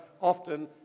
often